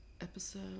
Episode